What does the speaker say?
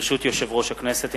ברשות יושב-ראש הכנסת,